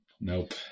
Nope